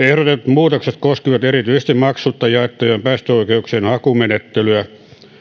muutokset koskevat erityisesti maksutta jaettujen päästöoikeuksien hakumenettelyä